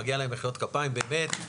מגיע להן מחיאות כפיים באמת.